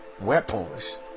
weapons